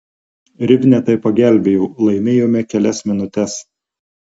rivne tai pagelbėjo laimėjome kelias minutes